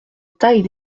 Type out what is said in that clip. taille